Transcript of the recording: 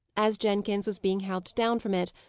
as jenkins was being helped down from it,